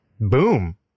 boom